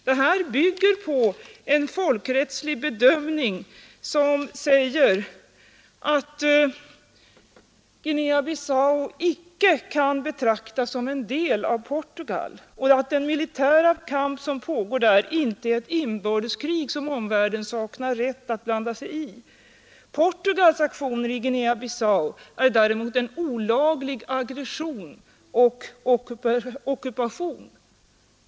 Detta bygger på en folkrättslig bedömning som säger att Guinea-Bissau icke kan betraktas som en del av Portugal. Den militära kamp som pågår är inte ett inbördeskrig som omvärlden saknar rätt att blanda sig i. Portugals aktioner i Guinea-Bissau är däremot en olaglig aggression och ockupation.